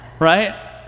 Right